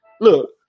look